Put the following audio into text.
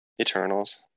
eternals